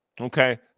Okay